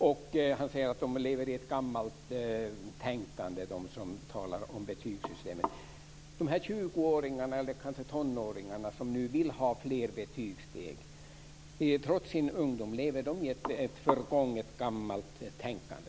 Gunnar Goude säger att de som talar om betygssystemet lever i ett gammalt tänkande? De tjugoåringar, eller kanske tonåringar, som vill ha fler betygssteg, lever de trots sin ungdom i ett förgånget, gammalt tänkande?